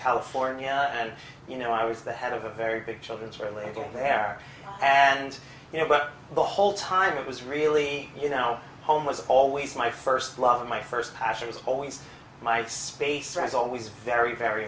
california and you know i was the head of a very big children's relabel there and you know but the whole time it was really you know home was always my first love and my first passion was always my space friends always very very